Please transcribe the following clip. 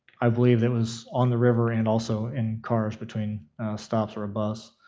i believe it was on the river and also in cars, between stops were a bus,